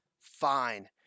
Fine